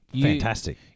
Fantastic